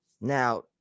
Now